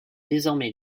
désormais